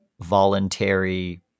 voluntary